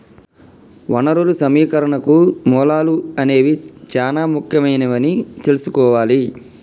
వనరులు సమీకరణకు మూలాలు అనేవి చానా ముఖ్యమైనవని తెల్సుకోవాలి